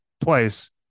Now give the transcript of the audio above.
twice